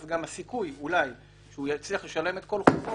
גם הסיכוי אולי שהוא יצליח לשלם את כל חובו,